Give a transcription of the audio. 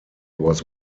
was